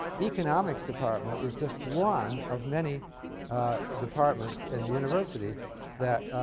economics department is just one of many departments in the university that